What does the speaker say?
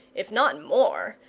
if not more,